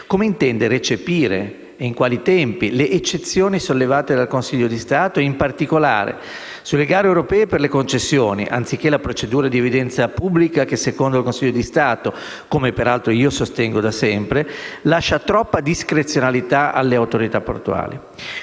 Come intende recepire e in quali tempi le eccezioni sollevate dal Consiglio di Stato e, in particolare, sulle gare europee per le concessioni, anziché la procedura ad evidenza pubblica che - secondo il Consiglio di Stato e come sostengo da sempre - lascia troppa discrezionalità alle autorità portuali?